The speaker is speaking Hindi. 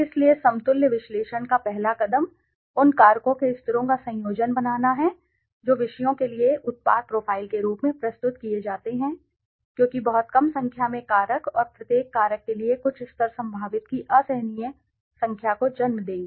इसलिए समतुल्य विश्लेषण का पहला कदम उन कारकों के स्तरों का संयोजन बनाना है जो विषयों के लिए उत्पाद प्रोफाइल के रूप में प्रस्तुत किए जाते हैं क्योंकि बहुत कम संख्या में कारक और प्रत्येक कारक के लिए कुछ स्तर संभावित की असहनीय संख्या को जन्म देंगे